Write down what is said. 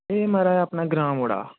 एह् मेरे अपने ग्रां दा मुड़ा